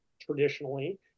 traditionally